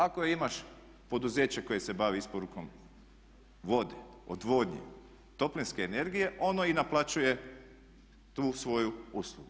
Ako imaš poduzeće koje se bavi isporukom vode, odvodnje, toplinske energije ono i naplaćuje tu svoju uslugu.